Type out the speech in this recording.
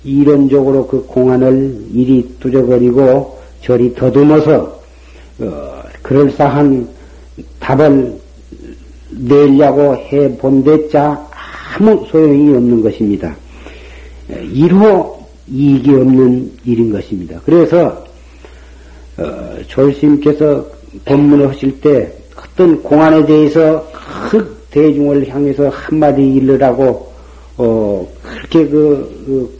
이론적으로 그 공안을 이리 두저거리고 저리 더듬어서, 어, 그럴싸한 답을 내려고 해 본댔자 아무 소용이 없는 것입니다. 에, 이루어 이익이 없는 일인 것입니다. 그래서, 어, 조실 스님께서 법문을 하실 때 어떤 공안에 대해서 큰 대중을 향해서 한마디 일러라고, 어, 그렇게 그- 그